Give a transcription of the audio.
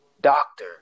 doctor